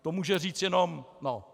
To může říct jenom... no.